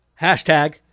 Hashtag